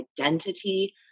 identity